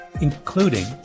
including